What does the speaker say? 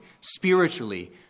spiritually